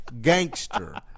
gangster